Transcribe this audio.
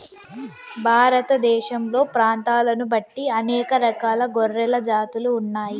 భారతదేశంలో ప్రాంతాలను బట్టి అనేక రకాల గొర్రెల జాతులు ఉన్నాయి